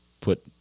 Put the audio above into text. put